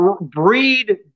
breed